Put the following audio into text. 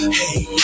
hey